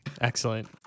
Excellent